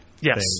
Yes